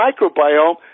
microbiome